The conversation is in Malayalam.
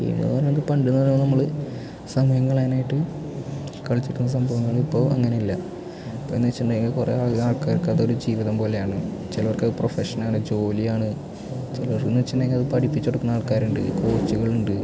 പിന്നെ എന്ന് പറയുന്നത് പണ്ട് പറഞ്ഞാൽ നമ്മൾ സമയം കളയാനായിട്ട് കളിച്ചിരുന്ന സംഭവങ്ങൾ ഇപ്പോൾ അങ്ങനെ അല്ല ഇപ്പം എന്ന് വച്ചിട്ടുണ്ടെങ്കിൽ കുറേ ആൾക്കാർക്ക് അത് ഒരു ജീവിതം പോലെയാണ് ചിലവർക്ക്ം അത് പ്രൊഫഷൻ ആണ് ജോലി ആണ് ചിലവരെന്ന് വച്ചിട്ടുണ്ടെങ്കിൽ അത് പഠിപ്പിച്ചു കൊടുക്കുന്ന ആൾക്കാരുണ്ട് കോച്ചുകൾ ഉണ്ട്